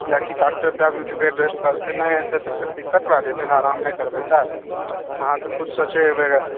कियाकि डॉक्टर दए देलकै बेड रेस्ट कहलकै नहि हेतै तऽ फेर दिक्कत भए जेतै ने आराम नहि करबै तऽ अहाँ तऽ खुद सोचे हेबै गऽ